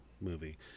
movie